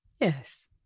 Yes